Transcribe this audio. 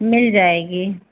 मिल जाएगी